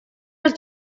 els